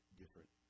different